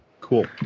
Cool